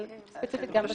אבל ספציפית גם בסעיף הזה.